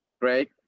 Great